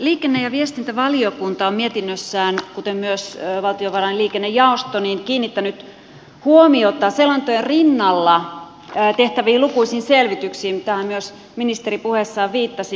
liikenne ja viestintävaliokunta on mietinnössään kuten myös valtiovarainvaliokunnan liikennejaosto kiinnittänyt huomiota selonteon rinnalla tehtäviin lukuisiin selvityksiin joihin myös ministeri puheessaan viittasi